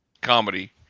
comedy